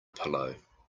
pillow